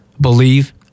believe